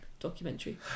Documentary